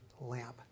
lamp